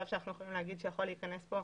שאנחנו יכולים להגיד שיכול להיכנס כאן